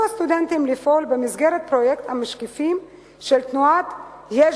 הסטודנטים לפעול במסגרת פרויקט המשקיפים של תנועת "יש